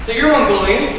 you're mongolian.